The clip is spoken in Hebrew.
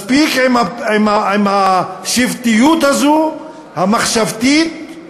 מספיק עם השבטיות הזאת, המחשבתית,